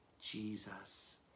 Jesus